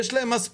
יש להם מס פחמן.